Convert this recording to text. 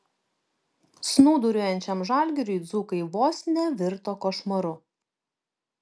snūduriuojančiam žalgiriui dzūkai vos nevirto košmaru